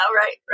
right